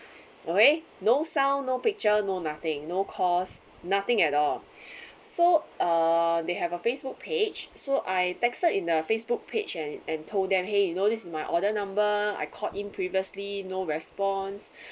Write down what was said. okay no sound no picture no nothing no cause nothing at all so uh they have a Facebook page so I texted in a Facebook page and and told them !hey! you know this is my order number I called in previously no response